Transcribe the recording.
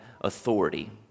authority